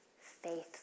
faithful